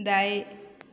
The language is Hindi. दाएँ